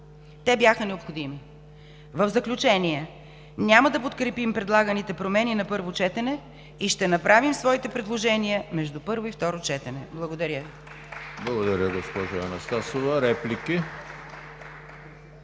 те бяха необходими. В заключение, няма да подкрепим предлаганите промени на първо четене и ще направим своите предложения между първо и второ четене. Благодаря Ви. (Ръкопляскания от „БСП